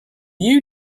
you